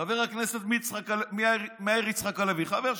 חבר הכנסת מאיר יצחק הלוי, חבר שלי.